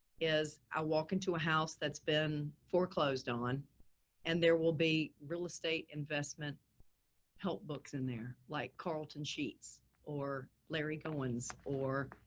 is i walk into a house that's been foreclosed on and there will be real estate investment help books in there like carlton sheets or larry goalwin's or